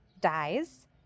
dies